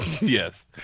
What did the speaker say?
Yes